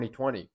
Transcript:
2020